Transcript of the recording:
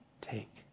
take